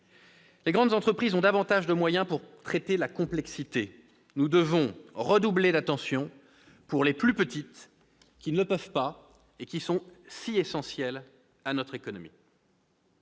Les grandes entreprises ont davantage de moyens pour traiter la complexité ; nous devons donc redoubler d'attention pour les plus petites, qui n'en ont pas de tels, mais qui sont si essentielles à notre économie.